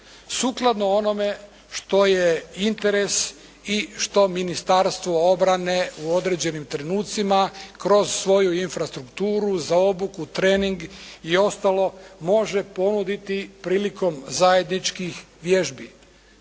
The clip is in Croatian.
sukladno onome što je interes i što Ministarstvo obrane u određenim trenucima kroz svoju infrastrukturu za obuku, trening i ostalo može ponuditi prilikom zajedničkih vježbi.